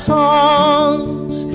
songs